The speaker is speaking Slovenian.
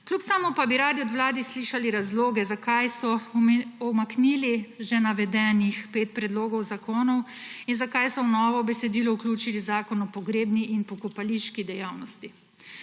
Kljub vsemu pa bi radi od Vlade slišali razloge, zakaj so umaknili še navedenih pet predlogov zakonov in zakaj so v novo besedilo vključili Zakon o pogrebni in pokopališki dejavnosti.